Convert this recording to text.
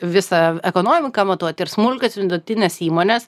visą ekonomiką matuot ir smulkias vidutines įmones